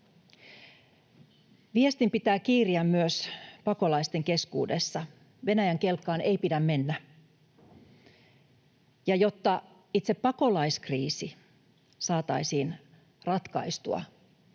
Viestin pitää kiiriä myös pakolaisten keskuudessa: Venäjän kelkkaan ei pidä mennä. Ja jotta itse pakolaiskriisi saataisiin ratkaistua,